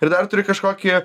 ir dar turi kažkokį